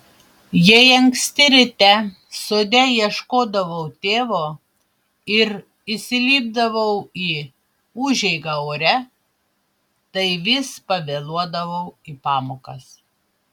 jei anksti ryte sode ieškodavau tėvo ir įsilipdavau į užeigą ore tai vis pavėluodavau į pamokas